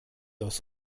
aus